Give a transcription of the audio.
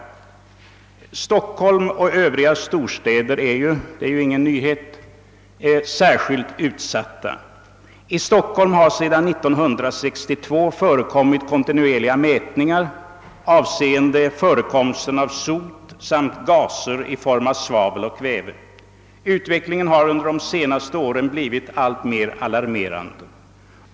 Stockholm och övriga storstäder är — det är ingen nyhet — särskilt utsatta. I Stockholm har sedan 1962 förekommit kontinuerliga mätningar avseende förekomsten av sot samt gaser i form av svavel och kväve. Utvecklingen har under de senaste åren blivit alltmer alarmerande.